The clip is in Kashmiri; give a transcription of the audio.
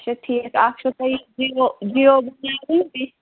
اَچھا ٹھیٖک اَکھ چھُو تۄہہِ جِیو جِیو بَناوٕنۍ بیٚیہِ